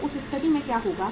तो उस स्थिति में क्या होगा